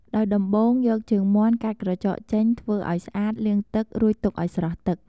ដោយដំបូង យកជើងមាន់កាត់ក្រចកចេញធ្វើឱ្យស្អាតលាងទឹក រួចទុកឱ្យស្រស់ទឹក។